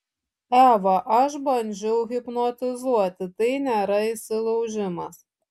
eva aš bandžiau hipnotizuoti tai nėra įsilaužimas